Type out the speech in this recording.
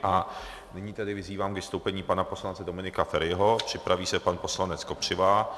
A nyní tedy vyzývám k vystoupení pana poslance Dominika Feriho, připraví se pan poslanec Kopřiva.